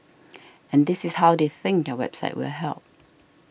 and this is how they think their website will help